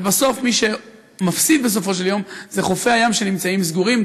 ומי שמפסיד בסופו של יום זה חופי הים שנמצאים סגורים,